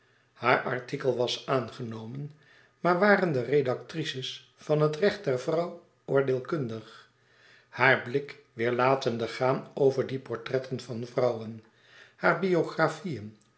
haar artikel was aangenomen maar waren de redactrices van het recht der vrouw oordeelkundig haar blik weêr latende gaan over die portretten van vrouwen hare biografieën